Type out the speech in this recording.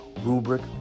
Rubric